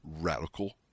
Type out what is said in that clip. radical